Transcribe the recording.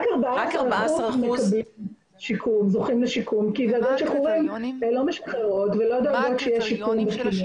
רק 14% זוכים לשיקום כי ועדות שחרורים לא משחררות --- אלא